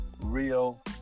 real